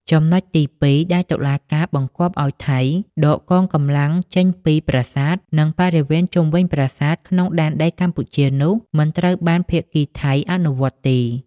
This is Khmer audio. ចំណុចទី២ ដែលតុលាការបង្គាប់ឱ្យថៃដកកងកម្លាំងចេញពីប្រាសាទ និងបរិវេណជុំវិញប្រាសាទក្នុងដែនដីកម្ពុជានោះ មិនត្រូវបានភាគីថៃអនុវត្តទេ។